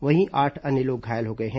वहीं आठ अन्य लोग घायल हो गए हैं